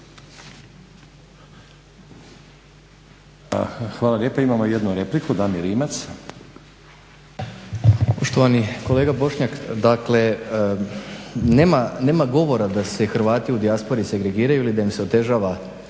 Hvala lijepa. Imamo jednu repliku, Damir Rimac.